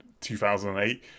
2008